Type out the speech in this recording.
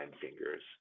fingers